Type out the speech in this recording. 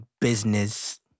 business